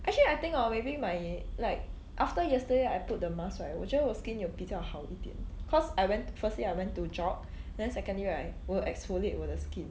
actually I think orh maybe my like after yesterday I put the mask right 我觉得我 skin 有比较好一点 because I went firstly I went to jog then secondly right 我 exfoliate 我的 skin